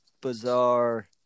bizarre